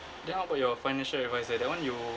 then how about your financial advisor that [one] you